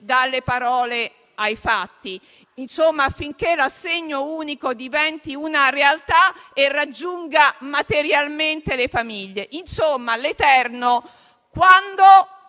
dalle parole ai fatti e affinché l'assegno unico diventi una realtà e raggiunga materialmente le famiglie? Insomma, l'eterno tema: